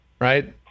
right